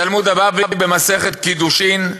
התלמוד הבבלי, במסכת קידושין,